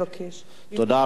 תודה רבה.